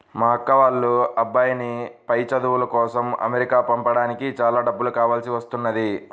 మా అక్క వాళ్ళ అబ్బాయిని పై చదువుల కోసం అమెరికా పంపించడానికి చాలా డబ్బులు కావాల్సి వస్తున్నది